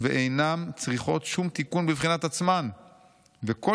ואינם צריכות שום תיקון בבחינת עצמן וכל